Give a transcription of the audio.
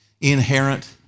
inherent